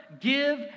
give